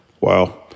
Wow